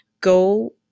go